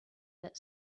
that